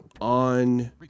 on